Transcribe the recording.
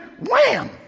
wham